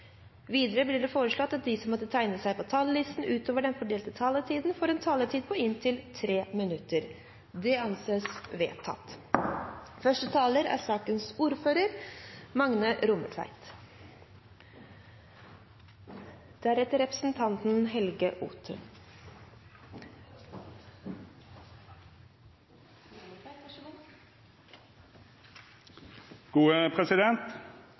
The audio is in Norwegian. Videre blir det foreslått at de som måtte tegne seg på talerlisten utover den fordelte taletid, får en taletid på inntil 3 minutter. – Det anses vedtatt. «Den som venter på noe godt, venter ikke forgjeves.» Dette er